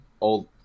Old